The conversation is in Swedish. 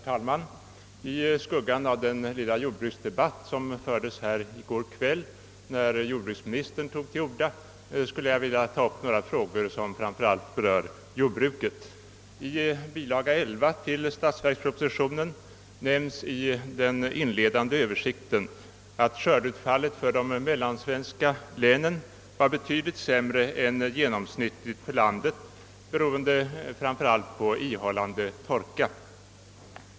Herr talman! I skuggan av den lilla jordbruksdebatt som fördes här i går kväll när jordbruksministern tog till orda skulle jag vilja ta upp några frågor som framför allt berör jordbruket. I bilaga 11 till statsverkspropositionen nämns i den inledande översikten att skördeutfallet för de mellansvenska länen var betydligt sämre än genomsnittet för landet, framför allt beroende på ihållande torka.